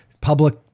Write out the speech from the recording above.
public